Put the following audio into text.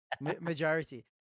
Majority